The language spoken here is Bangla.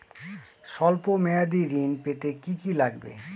সল্প মেয়াদী ঋণ পেতে কি কি লাগবে?